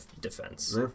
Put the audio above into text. defense